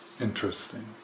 interesting